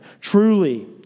Truly